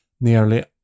nearly